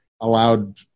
allowed